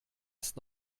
ist